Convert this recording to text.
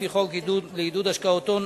לפי חוק לעידוד השקעות הון,